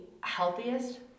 healthiest